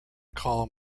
column